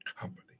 company